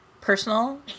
personal